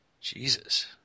Jesus